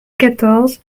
quatorze